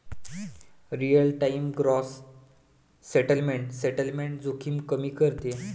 real time gross settlement settlement जोखीम कमी करते